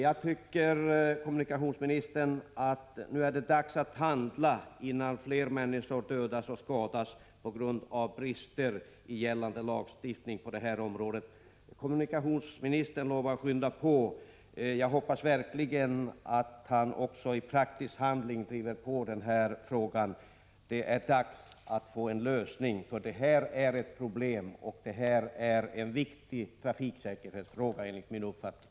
Jag tycker, kommunikationsministern, att det nu är dags att handla innan fler människor dödas och skadas på grund av brister i lagstiftningen på området. Kommunikationsministern lovar att skynda på. Jag hoppas verkligen att han också i praktisk handling driver på denna fråga. Det är dags att vi får en lösning, för det här är ett problem och en viktig trafiksäkerhetsfråga enligt min uppfattning.